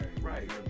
Right